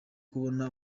kubona